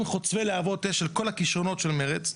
חוצבי להבות אש של כל הכישרונות של מרצ,